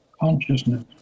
consciousness